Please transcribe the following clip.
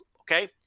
Okay